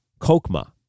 Kokma